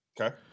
Okay